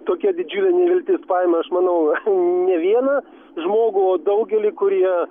tokia didžiulė neviltis pajama aš manau ne vieną žmogų o daugelį kurie